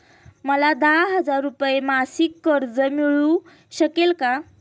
मला दहा हजार रुपये मासिक कर्ज मिळू शकेल का?